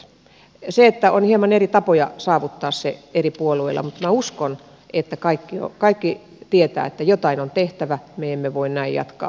eri puolueilla on hieman eri tapoja saavuttaa ne mutta minä uskon että kaikki tietävät että jotain on tehtävä me emme voi näin jatkaa